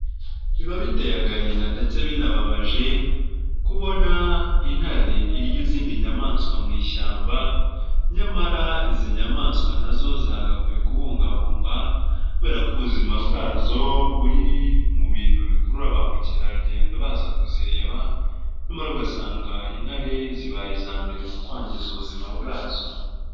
Biba biteye agahinda ndetse binababaje kubona intare irya izindi nyamaswa mu ishyamba, nyamara izi nyamaswa na zo zagakwiye kubungabungwa kubera ko ubuzima bwazo buri mu bintu bikurura ba mukerarugendo baza kuzireba, nyamara ugasanga intare zibaye iza mbere mu kwangiza ubuzima bwazo.